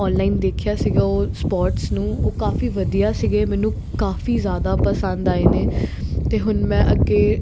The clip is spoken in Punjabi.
ਓਨਲਾਈਨ ਦੇਖਿਆ ਸੀਗਾ ਉਹ ਸਪੋਟਸ ਨੂੰ ਉਹ ਕਾਫੀ ਵਧੀਆ ਸੀਗੇ ਮੈਨੂੰ ਕਾਫੀ ਜ਼ਿਆਦਾ ਪਸੰਦ ਆਏ ਨੇ ਅਤੇ ਹੁਣ ਮੈਂ ਅੱਗੇ